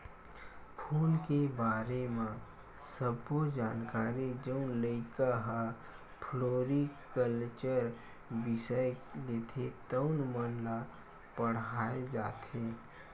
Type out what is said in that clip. फूल के बारे म सब्बो जानकारी जउन लइका ह फ्लोरिकलचर बिसय लेथे तउन मन ल पड़हाय जाथे